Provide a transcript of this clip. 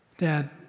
Dad